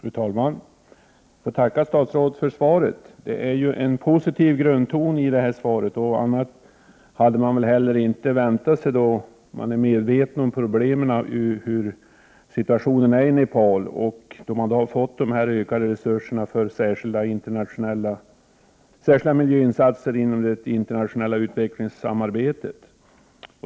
Fru talman! Jag tackar statsrådet för svaret. Det är en positiv grundton i det här svaret, och något annat var det väl heller inte att vänta när man är medveten om problemen och situationen i Nepal och när man nu fått dessa ökade resurser för särskilda miljöinsatser inom det internationella utvecklingssamarbetet.